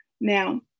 Now